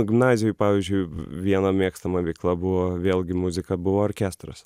gimnazijoj pavyzdžiui viena mėgstama veikla buvo vėlgi muzika buvo orkestras